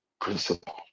Principle